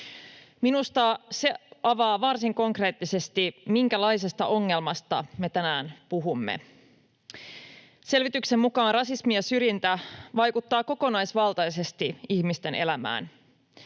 Minusta se avaa varsin konkreettisesti, minkälaisesta ongelmasta me tänään puhumme. Selvityksen mukaan rasismi ja syrjintä vaikuttaa kokonaisvaltaisesti ihmisten elämään.